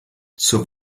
zur